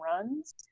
runs